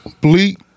Bleak